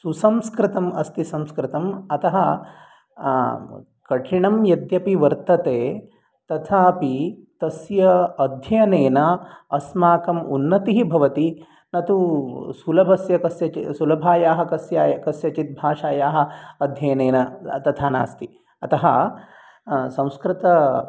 सुसंस्कृतम् अस्ति संस्कृतम् अतः कठिनं यद्यपि वर्तते तथापि तस्य अध्ययनेन अस्माकम् उन्नतिः भवति न तु सुलभस्य सुलभायाः कस्यचित् भाषायाः अध्ययनेन तथा नास्ति अतः संस्कृत